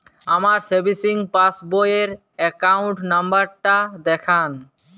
আমার সেভিংস পাসবই র অ্যাকাউন্ট নাম্বার টা দেখান?